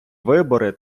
вибори